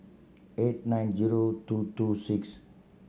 eight nine zero two two six